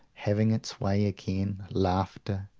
having its way again laughter,